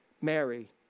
Mary